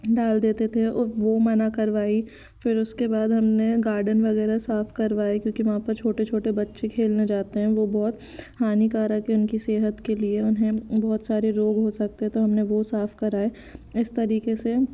डाल देते थे वो मना करवाई फिर उसके बाद हमने गार्डन वगैरह साफ करवाई क्योंकि वहाँ पर छोटे छोटे बच्चे खेलने जाते हैं वो बहुत हानिकारक है उनकी सेहत के लिए उन्हें बहुत सारे रोग हो सकते है तो हमने वो साफ कराए इस तरीके से